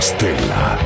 Stella